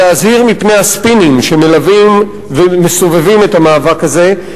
להזהיר מפני הספינים שמלווים ומסובבים את המאבק הזה.